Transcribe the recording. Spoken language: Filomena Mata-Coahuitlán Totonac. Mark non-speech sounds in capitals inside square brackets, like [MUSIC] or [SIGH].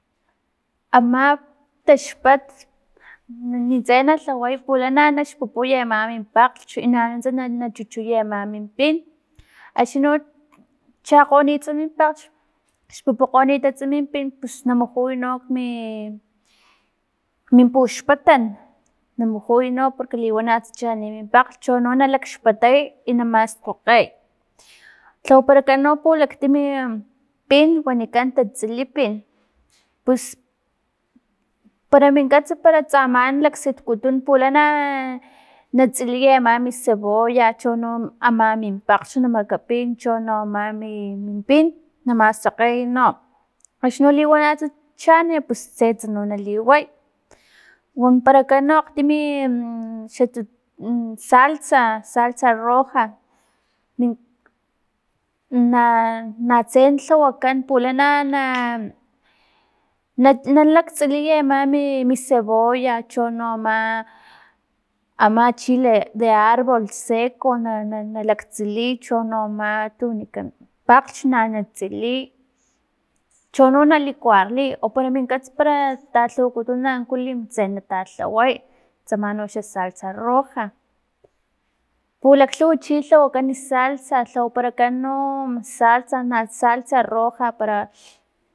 Ama taxpat nintse na lhaway pulana na xpupuy ama min pakglhch, nanuntsa na chuchuya ama min pin, axni no chakgonitsa min pakglhch xpupukgonitats min pin pus namujuy no kmin min puxpatan namujuy no porque liwanatsa chani min pakglhch na- nalakxpatay i namaskgokgey lhawaparakan no pulaktim pin wanikan tatsilipin, pus para min katsa para tsaman laksitmikutun pulana na- natsiliy ama mi cebolla chono ama min pakglhch na makapin no ama mi min pin na maskgokgeya no axni no liwanatsa chani pus tsetsa no nali way wamparakan akgtimi [HESITATION] xatu [HESITATION] salsa, salsa roja mi na- na tse lhawakan pulana- na- na- na laktsiliya ama mi- mis cebolla chono ama ama chile de arbol seco na- na- na laktsiliy chono ama tu wanikan pakglhch na- na tsiliy chono na licuarliy o minkats para talhawakutun ankulim tse natalhaway tsama noxla salsa roja, pulaklhuwa chi lhawakan salsa lhawaparakan no salsa na salsa roja para